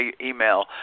email